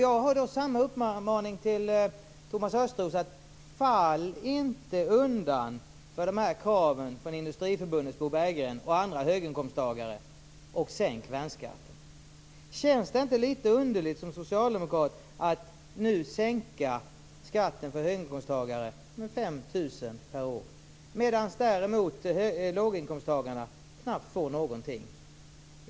Jag har därför samma uppmaning till Thomas Östros: Fall inte undan för de här kraven från Industriförbundets Bo Berggren och andra höginkomsttagare och sänk värnskatten! Känns det inte litet underligt som socialdemokrat att nu sänka skatten för höginkomsttagare med 5 000 kr/år medan låginkomsttagarna däremot knappt får någonting?